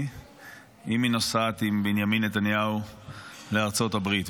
אם היא נוסעת עם בנימין נתניהו לארצות הברית.